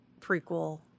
prequel